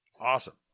Awesome